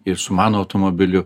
ir su mano automobiliu